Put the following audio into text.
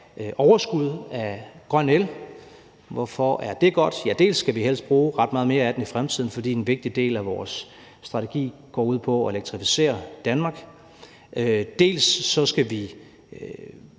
overskud af grøn el. Hvorfor er det godt? Ja, dels skal vi helst bruge ret meget mere af den i fremtiden, for en vigtig del af vores strategi går ud på at elektrificere Danmark, dels skal vi